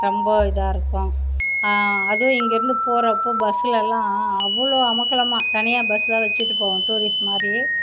ரொம்ப இதாக இருக்கும் அதுவும் இங்கிருந்து போகிறப்போ பஸ்லலாம் அவ்வளோ அமர்க்களமா தனியாக பஸ்லாம் வச்சிகிட்டு போவோம் டூரிஸ்ட்டு மாதிரி